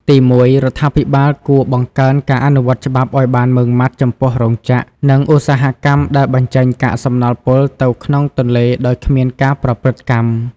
ទីមួយ រដ្ឋាភិបាលគួរបង្កើនការអនុវត្តច្បាប់ឱ្យបានម៉ឺងម៉ាត់ចំពោះរោងចក្រ និងឧស្សាហកម្មដែលបញ្ចេញកាកសំណល់ពុលទៅក្នុងទន្លេដោយគ្មានការប្រព្រឹត្តកម្ម។